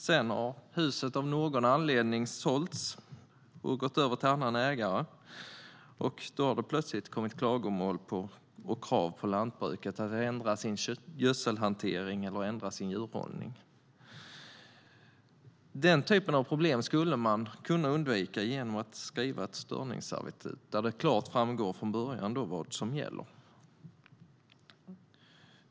Sedan har huset av någon anledning sålts och gått över till en annan ägare, och då har det plötsligt kommit klagomål och krav på lantbruket att ändra sin gödselhantering eller djurhållning. Den typen av problem skulle man kunna undvika genom att skriva ett störningsservitut, där det från början klart framgår vad som gäller.